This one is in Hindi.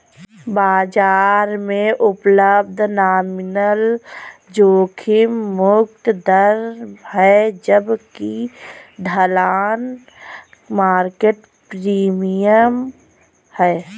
बाजार में उपलब्ध नॉमिनल जोखिम मुक्त दर है जबकि ढलान मार्केट प्रीमियम है